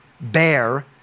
bear